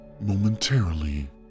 momentarily